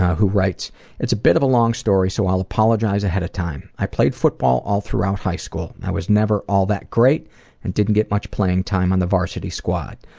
who writes it's bit of a long story, so i'll apologize ahead of time. i played football all throughout high school, i was never all that great and didn't get much playing time on the varsity squad.